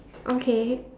okay